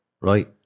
Right